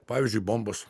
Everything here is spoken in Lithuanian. pavyzdžiui bombos